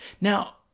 Now